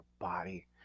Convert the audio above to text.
body